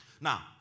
Now